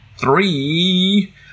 three